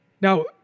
Now